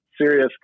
serious